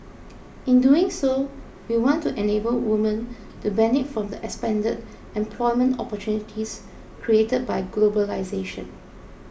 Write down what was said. in doing so we want to enable women to benefit from the expanded employment opportunities created by globalisation